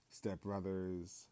stepbrothers